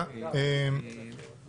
אני מתכבד לפתוח את ישיבת ועדת הכנסת.